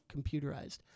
computerized